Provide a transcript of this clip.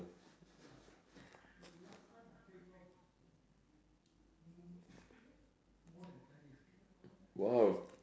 !wow!